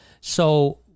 So-